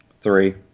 Three